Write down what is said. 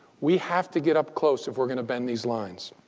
we have to get up close, if we're going to bend these lines.